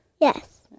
Yes